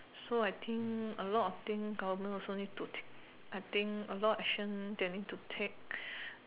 so I think a lot of thing government also need to take I think a lot of action they need to take